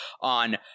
on